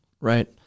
Right